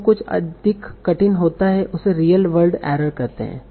जो कुछ अधिक कठिन होता है उसे रियल वर्ड एरर कहते हैं